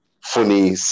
funny